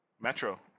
Metro